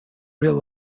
real